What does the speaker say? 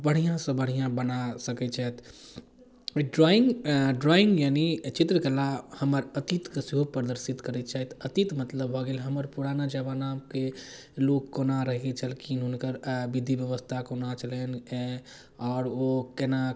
बढ़िआँसँ बढ़िआँ बना सकै छथि ई ड्राइङ्ग ड्राइङ्ग यानि चित्रकला हमर अतीतके सेहो प्रदर्शित करै छथि अतीत मतलब भऽ गेल हमर पुराना जमानाके लोक कोना रहै छलखिन हुनकर विधि बेबस्था कोना छलनि हेँ आओर ओ कोना